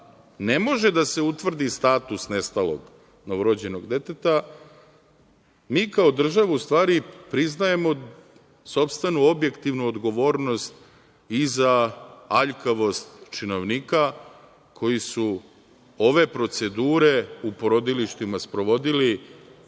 ne može da se utvrdi status nestalog novorođenog deteta. Mi kao država u stvari priznajemo sopstvenu objektivnu odgovornost i za aljkavost činovnika koji su ove procedure u porodilištima sprovodili,